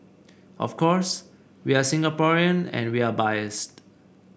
of course we are Singaporean and we are biased